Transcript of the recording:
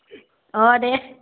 अ दे